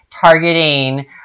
targeting